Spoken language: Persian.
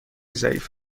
ضعیف